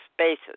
spaces